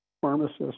pharmacist